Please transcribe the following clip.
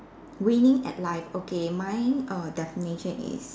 winning at life okay mine err definition is